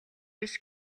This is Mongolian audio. биш